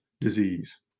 disease